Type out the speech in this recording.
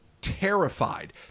terrified